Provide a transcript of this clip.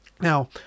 Now